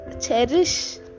cherish